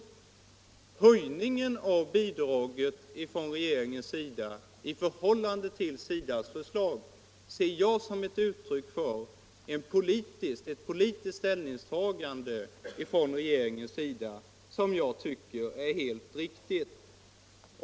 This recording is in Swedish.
Regeringens höjning av bidraget i förhållande till SIDA:s förslag ser jag som ett uttryck för ett politiskt ställningstagande av regeringen som jag tycker är helt riktigt.